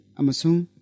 amasung